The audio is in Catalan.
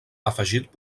afegit